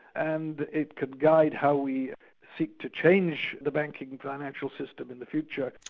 and it can guide how we seek to change the banking and financial system in the future.